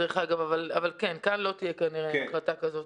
אבל כאן כנראה לא תהיה החלטה כזאת.